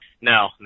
no